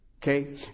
Okay